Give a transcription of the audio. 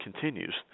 continues